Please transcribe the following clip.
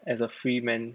as a free man